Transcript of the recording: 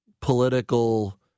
political